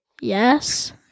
Yes